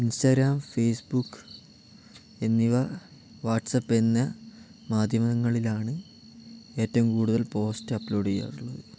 Instagram Facebook എന്നിവ വാട്സപ്പെന്ന മാധ്യമങ്ങളിലാണ് ഏറ്റവും കൂടുതൽ പോസ്റ്റ് അപ്ലോഡ് ചെയ്യാറുള്ളത്